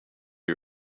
you